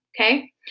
Okay